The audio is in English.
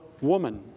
woman